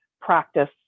practice